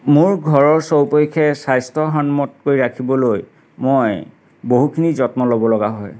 মোৰ ঘৰৰ চৌপাশে স্বাস্থ্যসন্মত কৰি ৰাখিবলৈ মই বহুখিনি যত্ন ল'ব লগা হয়